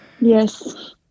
Yes